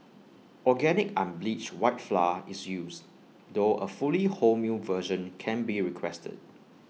organic unbleached white flour is used though A fully wholemeal version can be requested